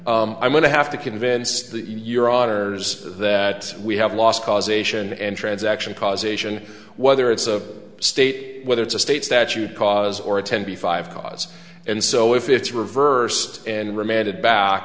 n i'm going to have to convince your honour's that we have lost causation and transaction causation whether it's a state whether it's a state statute cause or a ten b five cars and so if it's reversed and remanded back